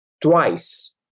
twice